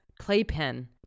playpen